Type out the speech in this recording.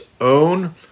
own